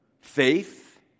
Faith